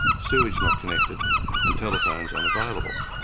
sewerage not connected and telephones unavailable.